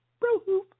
Bro-hoop